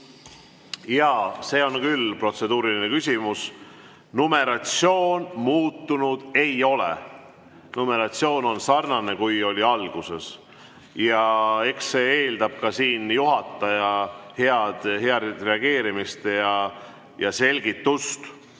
Jaa, see on küll protseduuriline küsimus. Numeratsioon muutunud ei ole. Numeratsioon on sarnane, kui oli alguses. Eks see eeldab ka siin juhataja head reageerimist ja selgitust,